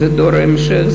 זה דור ההמשך,